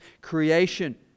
creation